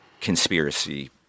conspiracy